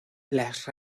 las